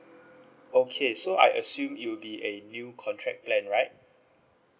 okay so I assume you'll be a new contract plan right